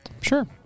Sure